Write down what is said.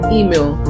email